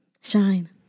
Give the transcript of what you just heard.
Shine